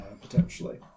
potentially